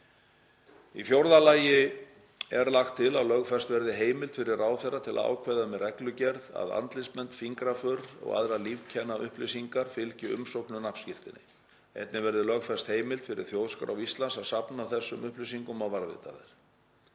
Í fjórða lagi er lagt til að lögfest verði heimild fyrir ráðherra að ákveða með reglugerð að andlitsmynd, fingraför og aðrar lífkennaupplýsingar fylgi umsókn um nafnskírteini. Einnig verði lögfest heimild fyrir Þjóðskrá Íslands að safna þessum upplýsingum og varðveita þær.